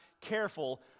careful